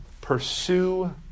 Pursue